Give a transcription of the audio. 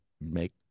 make